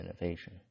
innovation